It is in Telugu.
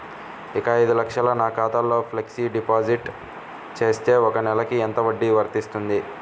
ఒక ఐదు లక్షలు నా ఖాతాలో ఫ్లెక్సీ డిపాజిట్ చేస్తే ఒక నెలకి ఎంత వడ్డీ వర్తిస్తుంది?